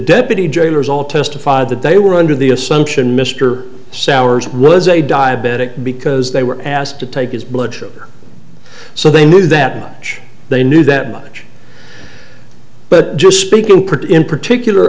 deputy jailers all testified that they were under the assumption mr souers was a diabetic because they were asked to take his blood sugar so they knew that much they knew that much but just speaking pretty in particular